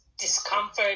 discomfort